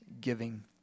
giving